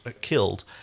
killed